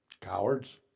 Cowards